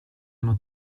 hanno